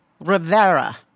Rivera